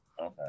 Okay